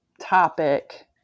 topic